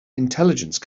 intelligence